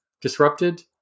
disrupted